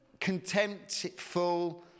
contemptful